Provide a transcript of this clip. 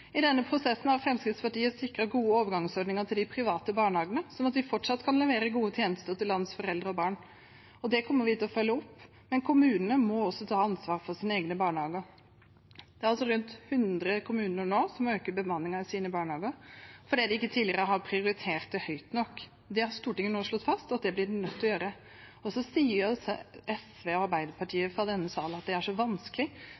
I denne prosessen har Fremskrittspartiet sikret gode overgangsordninger til de private barnehagene, sånn at de fortsatt kan levere gode tjenester til landets foreldre og barn, og det kommer vi til å følge opp. Men kommunene må også ta ansvar for sine egne barnehager. Det er rundt 100 kommuner som nå må øke bemanningen i sine barnehager, fordi de ikke tidligere har prioritert det høyt nok. Det har Stortinget nå slått fast at de blir nødt til å gjøre, og så sier SV og